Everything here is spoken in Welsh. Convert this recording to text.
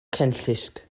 cenllysg